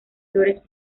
flores